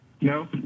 no